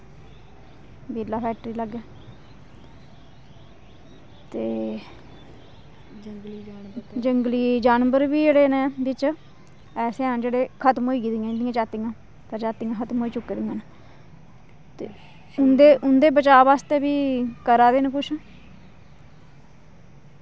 बिरला factory लाग्गै ते जंगली जानवर बी जेह्ड़े न बिच्च ऐसे हैन जेह्ड़े खतम होई गेदियां इंदियां जातियां प्रजातियां खतम होई चुकी दियां न ते उं'दे उं'दे बचाव आस्तै बी करा दे न कुछ